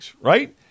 right